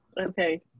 Okay